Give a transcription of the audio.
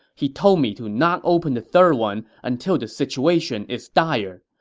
he told me to not open the third one until the situation is dire.